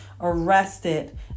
arrested